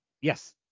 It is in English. Yes